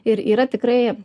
ir yra tikrai